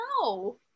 no